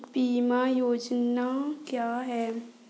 बीमा योजना क्या है?